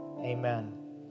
Amen